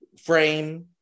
frame